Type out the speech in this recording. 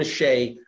mache